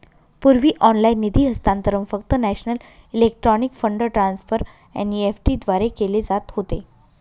पूर्वी ऑनलाइन निधी हस्तांतरण फक्त national electronic fund transfer NEFT द्वारे केले जात होते